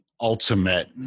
ultimate